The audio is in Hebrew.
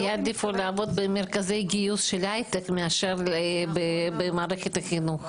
הם יעדיפו לעבוד במרכזי גיוס של הייטק מאשר במערכת החינוך.